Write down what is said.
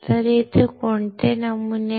तेथे कोणते नमुने आहेत